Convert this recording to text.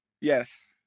Yes